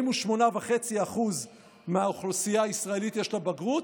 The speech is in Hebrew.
ל-48.5% מהאוכלוסייה הישראלית יש בגרות.